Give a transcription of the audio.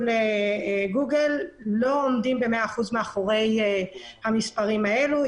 לגוגל לא עומדים במאה אחוז מאחורי המספרים הללו.